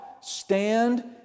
Stand